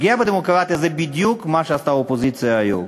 פגיעה בדמוקרטיה זה בדיוק מה שעשתה האופוזיציה היום.